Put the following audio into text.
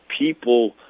People